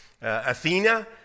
Athena